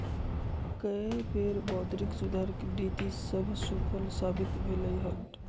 कय बेर मौद्रिक सुधार के नीति सभ सूफल साबित भेलइ हन